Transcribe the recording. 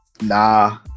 Nah